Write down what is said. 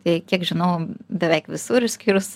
tai kiek žinau beveik visur išskyrus